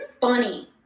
funny